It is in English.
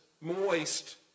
moist